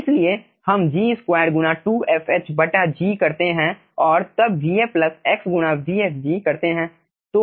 इसलिए हम G2गुणा 2fh बटा G करते हैं और तब vf प्लस x गुणा vfg करते हैं